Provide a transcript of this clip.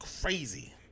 Crazy